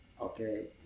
okay